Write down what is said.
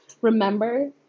Remember